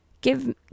give